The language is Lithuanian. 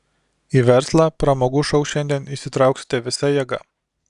į verslą pramogų šou šiandien įsitrauksite visa jėga